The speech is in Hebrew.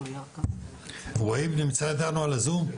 והיב נמצא איתנו בזום?